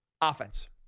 Offense